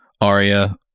Arya